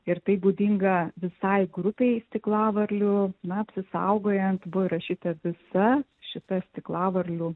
ir tai būdinga visai grupei stiklavarlių na apsisaugojant buvo įrašyta visa šita stiklavarlių